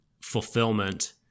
fulfillment